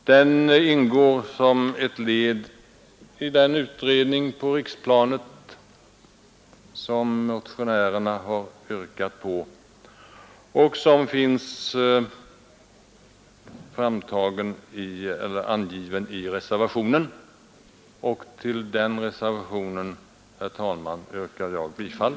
De ingår som ett led i den utredning på riksplanet som motionärerna har yrkat på och som finns angiven i reservationen. Till den reservationen yrkar jag, herr talman, bifall.